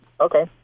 Okay